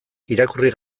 irakurri